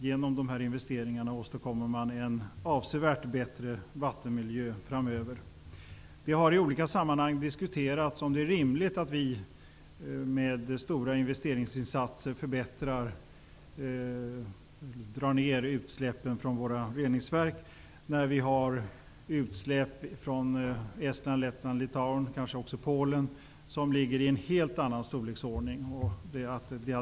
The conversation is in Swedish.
Genom dessa investeringar åstadkommer man framöver en avsevärt bättre vattenmiljö. Det har i olika sammanhang diskuterats om det är rimligt att vi med stora investeringsinsatser minskar utsläppen från våra reningsverk i Sverige när det finns utsläpp i en helt annan storleksordning från Estland, Lettland, Litauen och kanske också Polen.